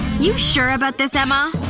you sure about this, emma?